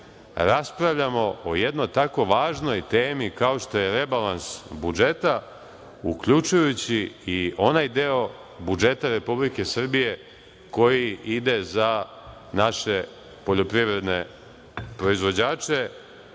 raspravljamo o jednoj tako važnoj temi kao što je rebalans budžeta, uključujući i onaj deo budžeta Republike Srbije koji ide za naše poljoprivredne proizvođače.